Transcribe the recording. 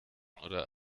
oder